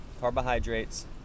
carbohydrates